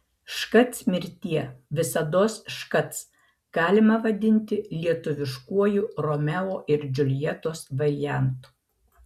škac mirtie visados škac galima vadinti lietuviškuoju romeo ir džiuljetos variantu